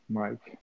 mike